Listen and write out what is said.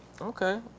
Okay